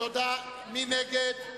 מי נגד?